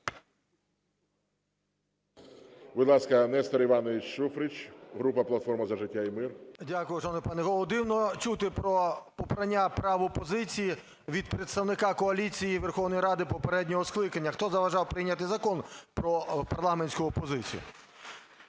Дякую, шановний пане голово. Дивно чути про попрання прав опозиції від представника коаліції Верховної Ради попереднього скликання. Хто заважав прийняти Закон про парламентську опозицію?